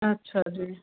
ਅੱਛਾ ਜੀ